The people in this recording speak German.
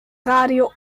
radio